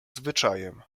zwyczajem